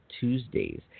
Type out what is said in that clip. Tuesdays